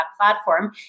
platform